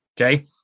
Okay